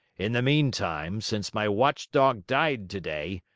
in the meantime, since my watchdog died today,